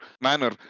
manner